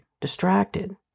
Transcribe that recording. distracted